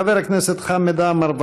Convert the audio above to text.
חבר הכנסת חמד עמאר,